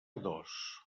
dos